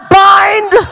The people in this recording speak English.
bind